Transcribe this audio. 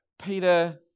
Peter